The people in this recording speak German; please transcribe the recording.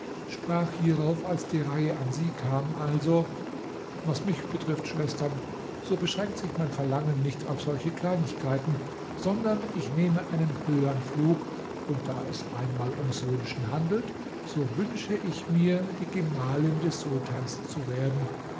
sprach hierauf als die reihe an sie kam also was mich betrifft schwestern so beschränkt sich mein verlagen nicht auf solche kleinigkeiten sondern ich nehme einen höhern flug und da es einmal ums wünschen handelt so wünsche ich mir die gemahlin des sultans zu werden